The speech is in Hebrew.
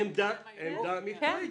עמדה מקצועית.